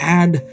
add